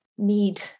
need